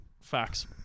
Facts